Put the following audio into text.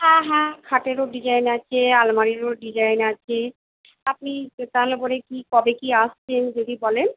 হ্যাঁ হ্যাঁ খাটেরও ডিজাইন আছে আলমারিরও ডিজাইন আছে আপনি তাহলে পরে কি কবে কি আসছেন যদি বলেন